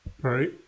Right